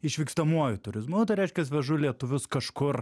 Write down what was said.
išvykstamuoju turizmu tai reiškias vežu lietuvius kažkur